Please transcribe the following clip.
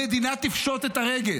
המדינה תפשוט את הרגל.